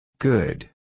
Good